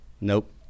Nope